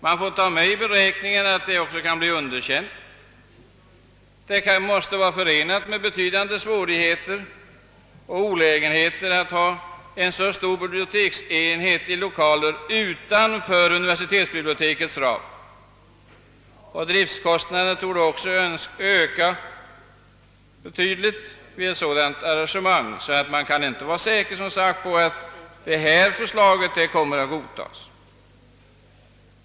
Man får ta med i beräkningen att det också kan bli underkänt. Det måste vara förenat med betydande svårigheter och olägenheter att ha en så stor biblioteksenhet i lokaler utanför universitetsbibliotekets ram. Driftkostnaderna torde också öka betydligt vid ett sådant arrangemang. Man kan därför som sagt inte vara säker på att förslaget kommer att accepteras.